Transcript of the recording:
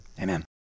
amen